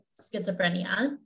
schizophrenia